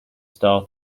start